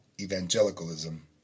evangelicalism